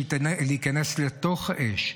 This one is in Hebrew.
להיכנס לתוך האש,